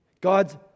God's